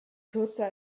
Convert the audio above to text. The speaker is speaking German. kürzer